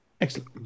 Excellent